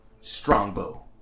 Strongbow